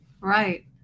Right